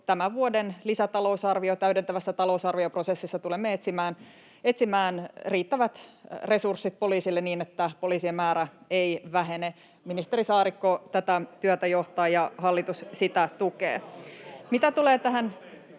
Tämän vuoden lisätalousarvion tai täydentävän talousarvion prosessissa tulemme etsimään riittävät resurssit poliisille, niin että poliisien määrä ei vähene. Ministeri Saarikko tätä työtä johtaa, ja hallitus sitä tukee. [Sari